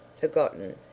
forgotten